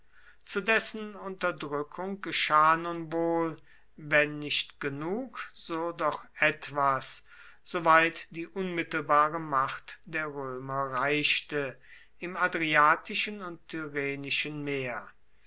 zu dessen unterdrückung geschah nun wohl wenn nicht genug so doch etwas soweit die unmittelbare macht der römer reichte im adriatischen und tyrrhenischen meer